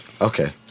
okay